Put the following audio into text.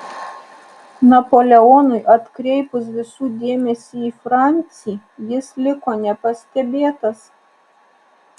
napoleonui atkreipus visų dėmesį į francį jis liko nepastebėtas